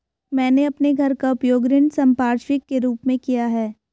मैंने अपने घर का उपयोग ऋण संपार्श्विक के रूप में किया है